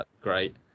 great